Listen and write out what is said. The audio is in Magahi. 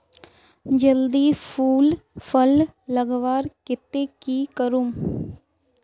जल्दी फूल फल लगवार केते की करूम?